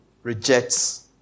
rejects